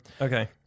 Okay